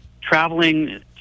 traveling